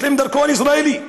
יש להם דרכון ישראלי,